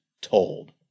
told